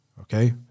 Okay